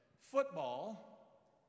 football